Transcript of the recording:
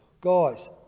guys